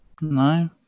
No